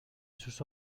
sus